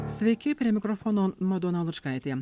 sveiki prie mikrofono madona lučkaitė